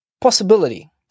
possibility